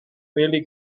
really